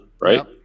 right